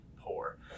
poor